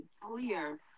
clear